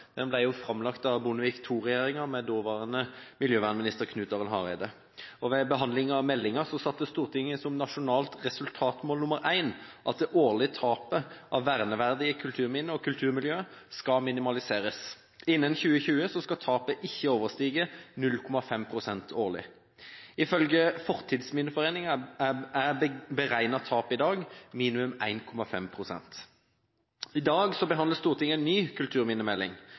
Den forrige kulturminnemeldingen, St.meld. nr. 16 for 2004–2005 Leve med kulturminner ble framlagt av Bondevik II-regjeringen med daværende miljøvernminister Knut Arild Hareide. Ved behandling av meldingen satt Stortinget som nasjonalt resultatmål nr. 1 at det årlige tapet av verneverdige kulturminner og kulturmiljøer skal minimaliseres. Innen 2020 skal tapet ikke overstige 0,5 pst. årlig. Ifølge Fortidsminneforeningen er beregnet tap i dag minimum 1,5 pst. I dag behandler Stortinget en ny kulturminnemelding